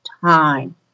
time